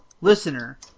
listener